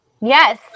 yes